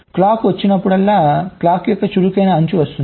clock వచ్చినప్పుడల్లా clock యొక్క చురుకైన అంచు వస్తుంది